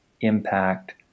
impact